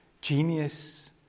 genius